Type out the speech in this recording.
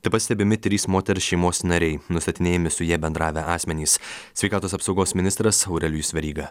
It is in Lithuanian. taip pat stebimi trys moters šeimos nariai nustatinėjami su ja bendravę asmenys sveikatos apsaugos ministras aurelijus veryga